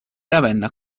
ravenna